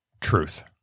truth